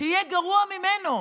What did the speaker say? יהיה גרוע ממנו.